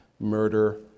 murder